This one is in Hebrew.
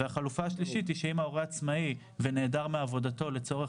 והחלופה השלישית היא שאם ההורה עצמאי ונעדר מעבודתו לצורך